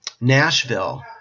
nashville